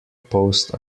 post